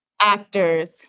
actors